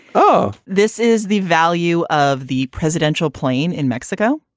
oh, this is the value of the presidential plane in mexico.